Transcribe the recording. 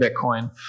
Bitcoin